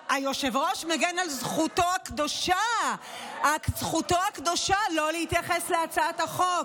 אבל היושב-ראש מגן על זכותו הקדושה לא להתייחס להצעת החוק.